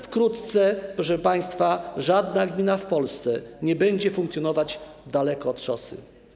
Wkrótce, proszę państwa, żadna gmina w Polsce nie będzie funkcjonować daleko od szosy.